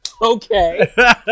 Okay